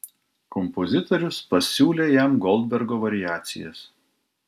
kompozitorius pasiūlė jam goldbergo variacijas